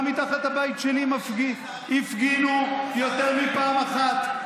גם מתחת הבית שלי הפגינו יותר מפעם אחת.